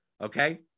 Okay